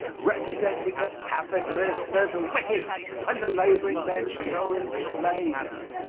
representing the capitalists as wicked and the laboring men so enslaved.